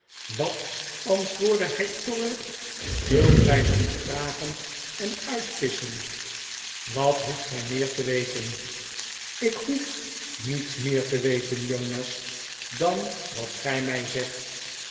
wat antwoordde hij toornig f wilt gij soms vragen en uitvisschen wat hoeft gij meer re weten ik hoef niets meer te weten jonas dan wat gij mij zegt